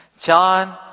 John